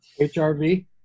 HRV